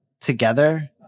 together